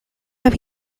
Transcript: have